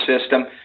system